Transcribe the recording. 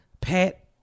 Pat